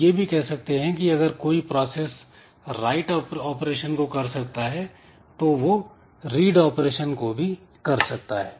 हम यह भी कह सकते हैं कि अगर कोई प्रोसेस राइट ऑपरेशन को कर सकता है तो वह रीड ऑपरेशन को भी कर सकता है